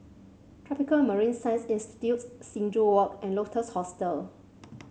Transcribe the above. Tropical Marine Science Institute Sing Joo Walk and Lotus Hostel